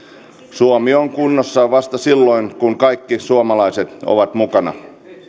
suomi on kunnossa vasta silloin kun kaikki suomalaiset ovat mukana